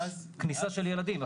כניסה של ילדים.